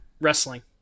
wrestling